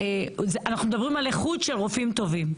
אנחנו מדברים על איכות של רופאים טובים.